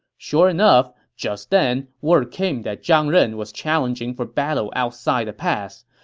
sure enough, just then, word came that zhang ren was challenging for battle outside the pass.